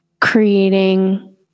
creating